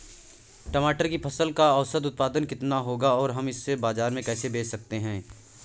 टमाटर की फसल का औसत उत्पादन कितना होगा और हम इसे बाजार में कैसे बेच सकते हैं?